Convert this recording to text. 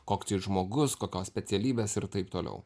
koks tai žmogus kokios specialybės ir taip toliau